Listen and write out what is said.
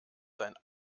sein